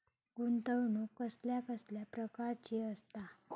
गुंतवणूक कसल्या कसल्या प्रकाराची असता?